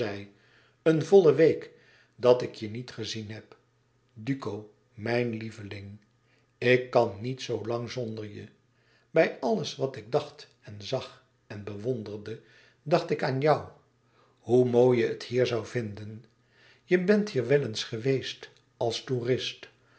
een volle week dat ik je niet gezien heb mijn duco mijn lieveling ik kan niet zoo lang zonder je bij alles wat ik dacht en zag en bewonderde dacht ik aan jou hoe mooi je het hier zoû vinden je bent hier wel eens geweest als toerist